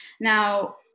Now